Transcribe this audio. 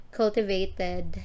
cultivated